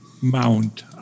mount